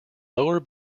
lower